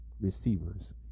receivers